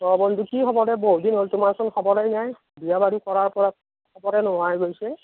অ বন্ধু কি খবৰ এই বহু দিন হ'ল তোমাৰচোন খবৰেই নাই বিয়া বাৰু কৰাৰ পৰা খবৰেই নোহোৱা হৈ গৈছে